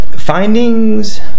Findings